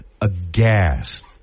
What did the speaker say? aghast